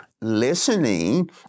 Listening